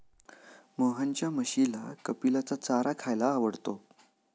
मोहनच्या म्हशीला कपिलाचा चारा खायला आवडतो